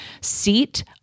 seat